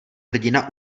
hrdina